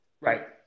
Right